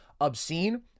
obscene